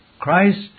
Christ